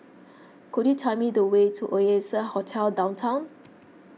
could you tell me the way to Oasia Hotel Downtown